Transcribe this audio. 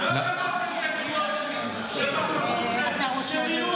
--- עכשיו אתה כן תעצור לי את הזמן.